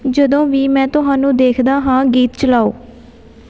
ਜਦੋਂ ਵੀ ਮੈਂ ਤੁਹਾਨੂੰ ਦੇਖਦਾ ਹਾਂ ਗੀਤ ਚਲਾਓ